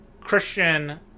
christian